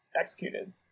executed